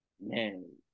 man